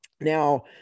Now